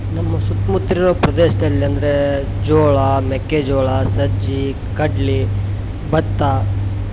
ನಮ್ಮ ಸುತ್ಮುತ್ತ ಇರೊ ಪ್ರದೇಶ್ದಲ್ಲಿ ಅಂದ್ರೆ ಜೋಳ ಮೆಕ್ಕೆಜೋಳ ಸಜ್ಜೆ ಕಡ್ಲೆ ಭತ್ತ